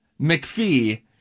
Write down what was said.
McPhee